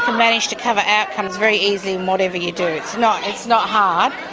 manage to cover outcomes very easily in whatever you do. it's not it's not hard,